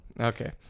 Okay